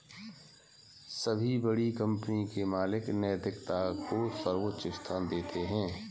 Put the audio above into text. सभी बड़ी कंपनी के मालिक नैतिकता को सर्वोच्च स्थान देते हैं